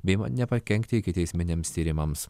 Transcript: bei nepakenkti ikiteisminiams tyrimams